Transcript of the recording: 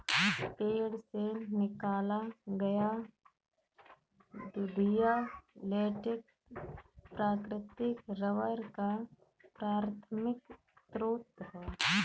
पेड़ से निकाला गया दूधिया लेटेक्स प्राकृतिक रबर का प्राथमिक स्रोत है